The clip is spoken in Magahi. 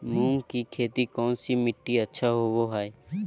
मूंग की खेती कौन सी मिट्टी अच्छा होबो हाय?